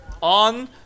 on